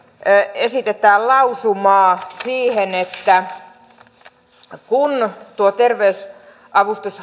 esitetään lausumaa siihen kun tuo terveyshaitta avustus